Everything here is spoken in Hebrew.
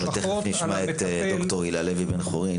תיכף נשמע את ד"ר הילה לוי בן חורין,